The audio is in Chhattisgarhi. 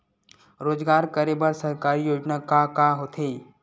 रोजगार करे बर सरकारी योजना का का होथे?